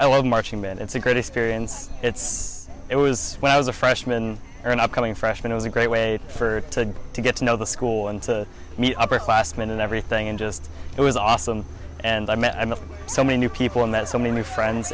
i love marching men it's a great experience it's it was when i was a freshman and upcoming freshman it was a great way for ted to get to know the school and to be upper classmen and everything just it was awesome and i met so many people in that so many friends